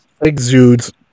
exudes